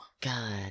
God